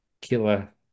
Killer